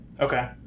Okay